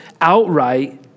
outright